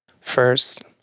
first